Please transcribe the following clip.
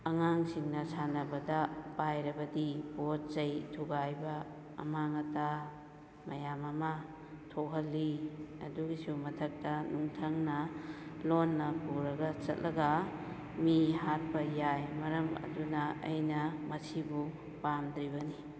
ꯑꯉꯥꯡꯁꯤꯡꯅ ꯁꯥꯟꯅꯕꯗ ꯄꯥꯏꯔꯕꯗꯤ ꯄꯣꯠꯆꯩ ꯊꯨꯒꯥꯏꯕ ꯑꯃꯥꯡ ꯑꯇꯥ ꯃꯌꯥꯝ ꯑꯃ ꯊꯣꯛꯍꯜꯂꯤ ꯑꯗꯨꯒꯤꯁꯨ ꯃꯊꯛꯇ ꯅꯨꯡꯊꯪꯅ ꯂꯣꯟꯅ ꯄꯨꯔꯒ ꯆꯠꯂꯒ ꯃꯤ ꯍꯥꯠꯄ ꯌꯥꯏ ꯃꯔꯝ ꯑꯗꯨꯅ ꯑꯩꯅ ꯃꯁꯤꯕꯨ ꯄꯥꯝꯗ꯭ꯔꯤꯕꯅꯤ